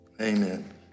Amen